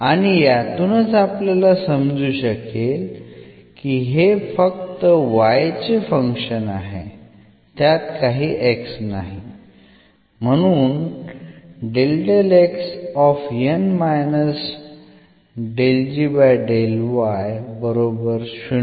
आणि यातूनच आपल्याला समजू शकेल की हे फक्त y चे फंक्शन आहे त्यात काही x नाही म्हणून